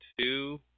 two